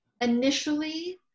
initially